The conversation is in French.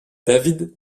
david